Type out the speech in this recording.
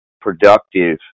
productive